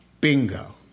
Bingo